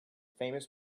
famous